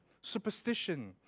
superstition